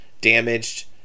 damaged